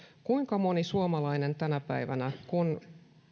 kuinka moni suomalainen tänä päivänä kun